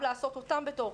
חייב לקבוע אותן כחיצוניות.